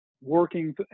working